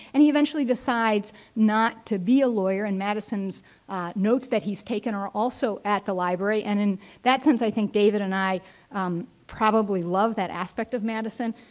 and he eventually decides not to be a lawyer, and madison's notes that he's taken are also at the library. and in that sense, i think, david and i probably love that aspect of madison,